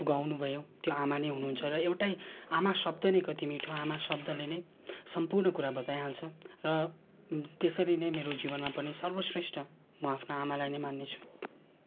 गाउनु भयो त्यो आमा नै हुनुहुन्छ र एउटै आमा शब्द नै कति मिठो आमा शब्दले नै सम्पूर्ण कुरा बताइहाल्छ र त्यसरी नै मेरो जीवनमा पनि सर्वश्रेष्ठ म आफ्नो आमालाई मान्नेछु